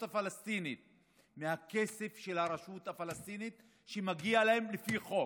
הפלסטינית מהכסף של הרשות הפלסטינית שמגיע לה לפי חוק.